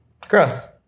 Gross